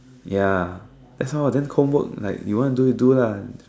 ya just now then homework like you want do you do lah